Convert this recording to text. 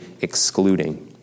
excluding